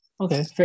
okay